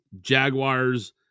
Jaguars